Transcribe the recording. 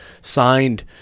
signed